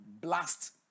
blast